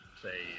say